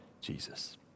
Jesus